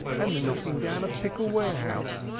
and they're knocking down a pickle warehouse,